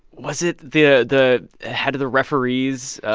was it the the head of the referees.